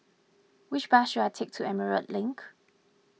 which bus should I take to Emerald Link